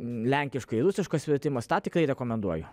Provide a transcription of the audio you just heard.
lenkiškai rusiškas vertimas tą tikrai rekomenduoju